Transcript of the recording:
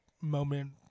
moment